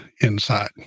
inside